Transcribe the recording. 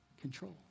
control